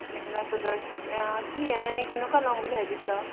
মেখেলা চাদৰ কি এনেই কেনকুৱা ল'ম বুলি ভাবিছ